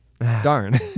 Darn